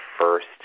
first